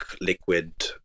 liquid